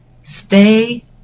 Stay